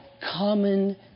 common